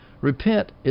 Repent